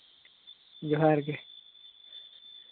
ᱡᱚᱦᱟᱨ ᱜᱮ